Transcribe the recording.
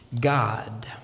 God